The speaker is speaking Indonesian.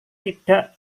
tidak